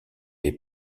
les